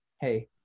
hey